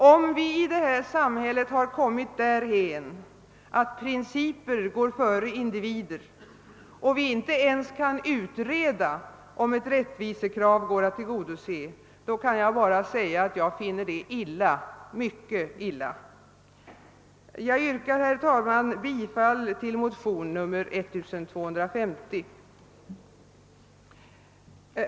Om vi i det här samhället kommit därhän, att principer går före individer och vi inte ens kan utreda om ett rättvisekrav går att tillgodose, då kan jag bara säga att det är illa, mycket illa. Jag yrkar, herr talman, bifall till motion II: 1250.